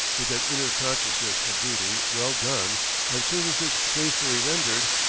with an inner consciousness of duty well done and services faithfully rendered,